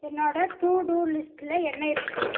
என்னோட to do லிஸ்ட்டில் என்ன இருக்குது